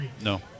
No